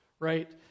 right